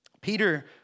Peter